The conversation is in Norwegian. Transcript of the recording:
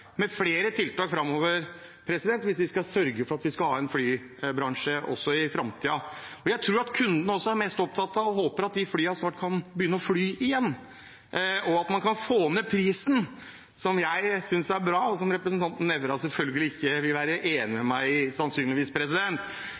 at kundene også er mest opptatt av, og håper, at de flyene snart kan begynne å fly igjen, og at man kan få ned prisen noe jeg synes er bra, og som representanten Nævra selvfølgelig sannsynligvis ikke vil være enig med meg